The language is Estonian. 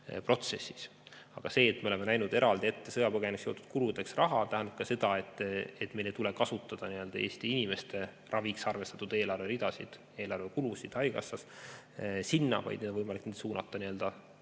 protsessis. Aga see, et me oleme näinud ette sõjapõgenikega seotud kuludeks eraldi raha, tähendab ka seda, et meil ei tule kasutada Eesti inimeste raviks arvestatud eelarveridasid, eelarvekulusid haigekassas sinna, vaid need on võimalik nüüd suunata